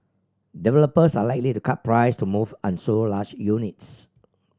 developers are likely to cut price to move unsold large units